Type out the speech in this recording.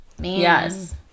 Yes